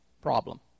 problem